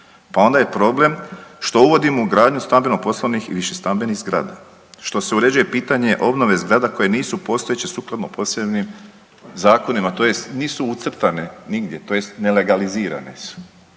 Pa onda je problem što uvodimo gradnju stambeno-poslovnih i više stambenih zgrada, što se uređuje pitanje obnove zgrada koje nisu postojeće sukladno posebnim zakonima, tj. nisu ucrtane nigdje, tj. nelegalizirane su.